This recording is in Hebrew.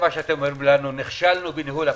אתם אומרים שנכשלנו בניהול הפרויקט.